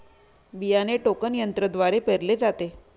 बियाणे टोकन यंत्रद्वारे पेरले जाते